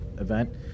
event